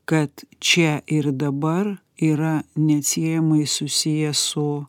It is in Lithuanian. kad čia ir dabar yra neatsiejamai susiję su